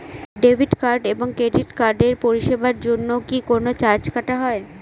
Debit card এবং credit কার্ডের পরিষেবার জন্য কি কোন চার্জ কাটা হয়?